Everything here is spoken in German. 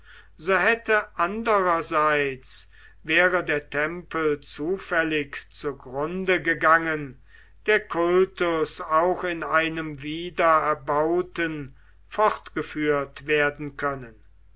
so hätte andererseits wäre der tempel zufällig zugrunde gegangen der kultus auch in einem wieder erbauten fortgeführt werden können